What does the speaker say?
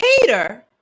Peter